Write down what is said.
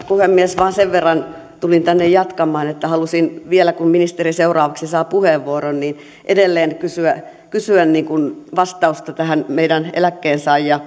puhemies vain sen verran tulin tänne jatkamaan että halusin vielä kun ministeri seuraavaksi saa puheenvuoron edelleen kysyä kysyä vastausta tähän meidän eläkkeensaajia